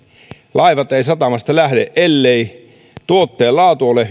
laivat eivät satamasta lähde ellei tuotteen laatu ole